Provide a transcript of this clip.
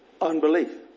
unbelief